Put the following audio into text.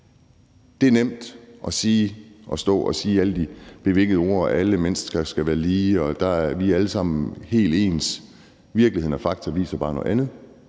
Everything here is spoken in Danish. Det er nemt at stå og sige alle de bevingede ord om, at alle mennesker skal være lige, og at vi alle sammen er helt ens. Virkeligheden og fakta viser bare noget andet.